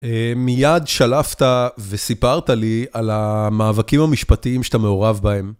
מיד שלפת וסיפרת לי על המאבקים המשפטיים שאתה מעורב בהם.